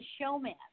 showman